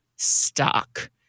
stock